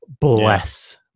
bless